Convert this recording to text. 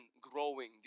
growing